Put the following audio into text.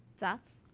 that